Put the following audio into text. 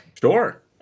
Sure